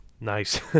Nice